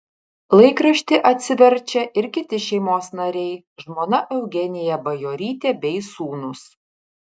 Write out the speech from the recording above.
laikraštį atsiverčia ir kiti šeimos nariai žmona eugenija bajorytė bei sūnūs